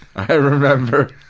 i remember